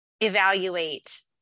evaluate